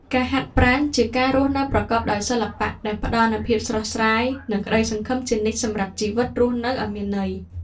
ការហាត់ប្រាណជាការរស់នៅប្រកបដោយសិល្បៈដែលផ្ដល់នូវភាពស្រស់ស្រាយ និង ក្ដីសង្ឃឹមជានិច្ចសម្រាប់ជីវិតរស់នៅឱ្យមានន័យ។